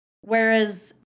Whereas